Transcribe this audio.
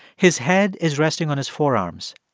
his head is resting on his forearms.